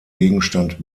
gegenstand